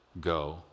Go